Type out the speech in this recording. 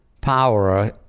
power